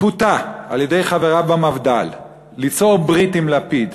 פותה על-ידי חבריו במפד"ל ליצור ברית עם לפיד,